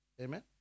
Amen